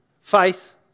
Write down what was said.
faith